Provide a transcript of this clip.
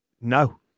No